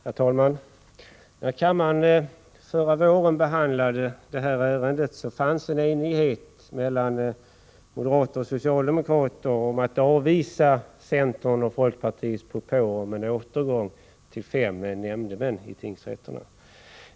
Herr talman! När kammaren förra våren behandlade det här ärendet fanns en enighet mellan moderater och socialdemokrater om att avvisa centerns och folkpartiets propåer om en återgång till fem nämndemän i tingsrätterna.